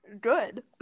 Good